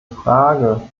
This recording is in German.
frage